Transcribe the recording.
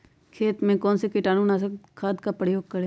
खेत में कौन से कीटाणु नाशक खाद का प्रयोग करें?